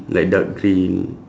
like dark green